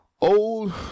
Old